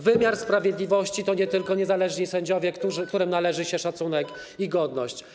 Wymiar sprawiedliwości to nie tylko niezależni sędziowie, którym należy się szacunek i godność.